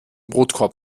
brotkorb